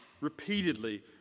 repeatedly